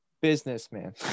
businessman